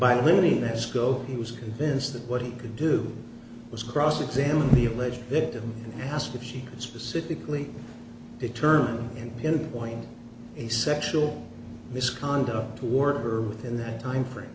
by limiting their scope he was convinced that what he could do was cross examine the alleged victim and ask if he would specifically determine and pinpoint a sexual misconduct toward her within that time frame